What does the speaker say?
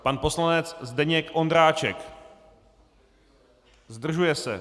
Pan poslanec Zdeněk Ondráček: Zdržuje se.